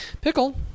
Pickle